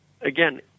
again